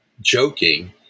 joking